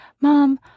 Mom